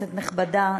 כנסת נכבדה,